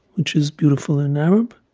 which is beautiful in arab.